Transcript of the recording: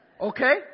Okay